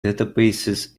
databases